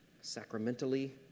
sacramentally